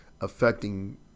affecting